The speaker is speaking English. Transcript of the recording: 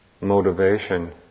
motivation